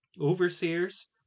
Overseers